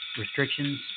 restrictions